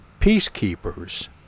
peacekeepers